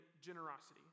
generosity